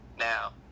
Now